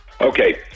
Okay